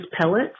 pellets